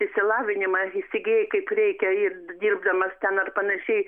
išsilavinimą įsigijai kaip reikia ir dirbdamas ten ar panašiai